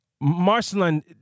Marceline